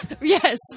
Yes